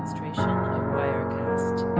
trees wirecast